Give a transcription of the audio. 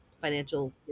financial